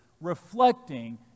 reflecting